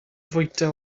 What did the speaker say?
fwyta